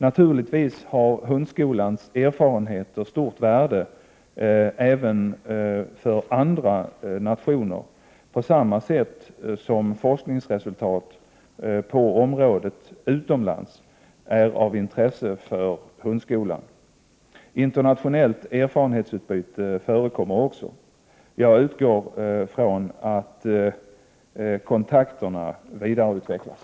Naturligtvis har hundskolans erfarenheter stort värde även för andra nationer, på samma sätt som forskningsresultat på området utomlands är av intresse för hundskolan. Internationellt erfarenhetsutbyte förekommer också. Jag utgår från att kontakterna vidareutvecklas.